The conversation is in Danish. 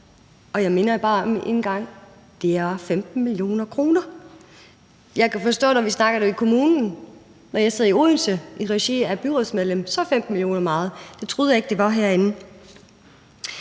Jeg minder bare om endnu en gang, at det er 15 mio. kr. Jeg kan forstå, når vi snakker om det i kommunen – når jeg sidder i Odense som byrådsmedlem – så er 15 mio. kr. meget. Det troede jeg ikke det var herinde.